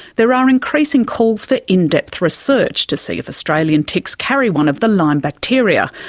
there are increasing calls for in-depth research to see if australian ticks carry one of the lyme bacteria.